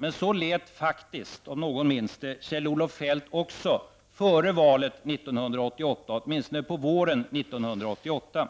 Men så lät faktiskt, om någon minns det, Kjell-Olof Feldt också före valet 1988 -- åtminstone på våren 1988.